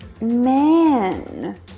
man